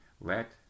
let